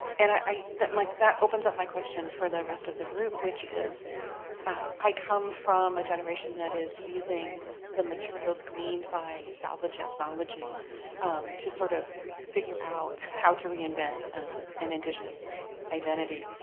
and i that like that opens up my question for the rest of the group which is i come from a generation that is using the materials materials gleaned by salvage ethnology to sort of figure out how to reinvent an indigenous identity.